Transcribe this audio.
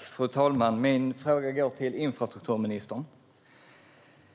Fru talman! Min fråga går till infrastrukturministern.